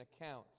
accounts